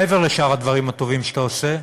מעבר לשאר הדברים הטובים שאתה עושה,